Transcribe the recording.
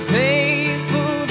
faithful